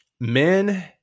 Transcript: men